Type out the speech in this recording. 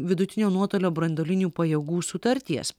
vidutinio nuotolio branduolinių pajėgų sutarties